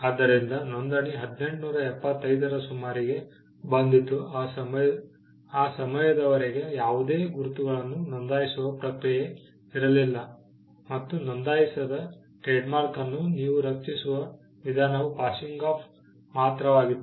ಆದ್ದರಿಂದ ನೋಂದಣಿ 1875 ರ ಸುಮಾರಿಗೆ ಬಂದಿತು ಆ ಸಮಯದವರೆಗೆ ಯಾವುದೇ ಗುರುತುಗಳನ್ನು ನೋಂದಾಯಿಸುವ ಪ್ರಕ್ರಿಯೆ ಇರಲಿಲ್ಲ ಮತ್ತು ನೋಂದಾಯಿಸದ ಟ್ರೇಡ್ಮಾರ್ಕ್ ಅನ್ನು ನೀವು ರಕ್ಷಿಸುವ ವಿಧಾನವು ಪಾಸಿಂಗ್ ಆಫ್ ಮಾತ್ರವಾಗಿತ್ತು